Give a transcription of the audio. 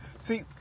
See